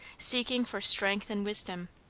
seeking for strength and wisdom,